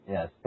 Yes